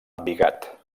embigat